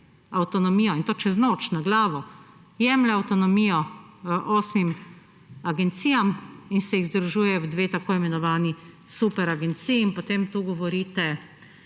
in to čez noč, na glavo, jemlje avtonomijo osmim agencijam in se jih združuje v dve, tako imenovani superagenciji. Potem pa tu govorite,